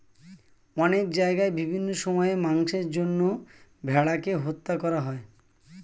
অনেক জায়গায় বিভিন্ন সময়ে মাংসের জন্য ভেড়াকে হত্যা করা হয়